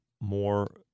more